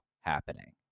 happening